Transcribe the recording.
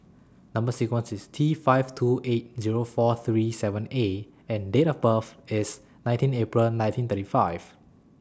Number sequence IS T five two eight Zero four three seven A and Date of birth IS nineteen April nineteen thirty five